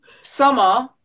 Summer